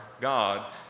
God